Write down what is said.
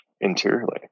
interiorly